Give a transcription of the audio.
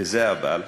וזה האבל,